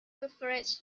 beverages